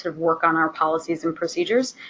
sort of work on our policies and procedures.